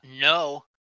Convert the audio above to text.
no